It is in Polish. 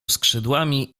skrzydłami